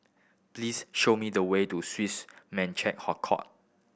please show me the way to Swiss Merchant